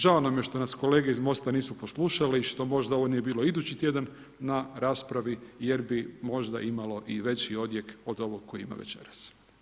Žao nam je što nas kolege iz MOST-a nisu poslušale i što možda ovo nije bilo idući tjedan na raspravi jer bi možda imalo i veći odjek od ovog koji ima večeras.